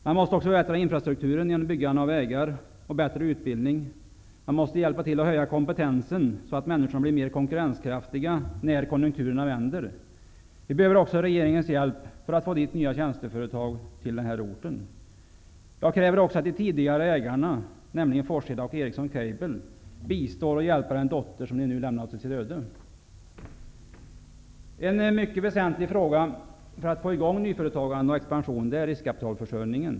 Man måste också förbättra infrastrukturen genom byggande av vägar och bättre utbildning. Man måste hjälpa till att höja kompetensen så att människor blir mer konkurrenskraftiga när konjunkturerna vänder. Vi behöver också regeringens hjälp för att få nya tjänsteföretag till orten. Jag kräver också att de tidigare ägarna, Forsheda och Ericsson Cable, bistår att hjälpa den dotter som de nu lämnat åt sitt öde. En mycket väsentlig fråga för att få i gång nyföretagande och expansion är riskkapitalförsörjningen.